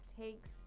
Takes